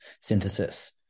synthesis